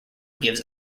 gives